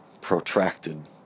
protracted